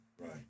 Right